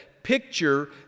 picture